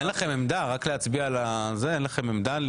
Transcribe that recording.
אין לכם עמדה רק להצביע על הזה, אין לכם עמדה?